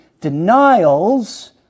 denials